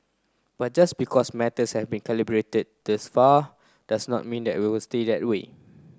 but just because matters have been calibrated thus far does not mean that we will stay at way